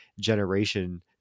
generation